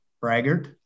braggart